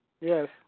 yes